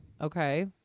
Okay